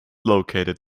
located